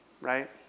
right